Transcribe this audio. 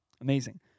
Amazing